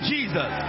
Jesus